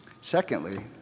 Secondly